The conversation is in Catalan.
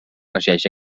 regeix